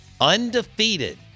undefeated